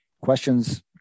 Questions